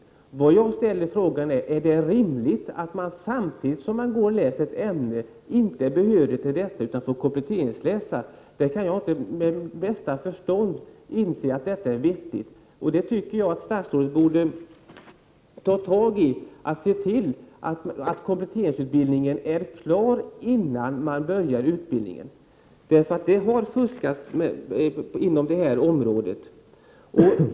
Men den fråga jag ställde var: Är det rimligt att man samtidigt som man läser ett ämne inte är behörig för detta utan får kompletteringsläsa? Jag kan inte med bästa förstånd inse att detta är vettigt. Jag tycker att statsrådet bör ta tag i detta och se till att kompletteringsutbildningen är klar innan man börjar sin lärarutbildning, därför att det har fuskats inom det här området.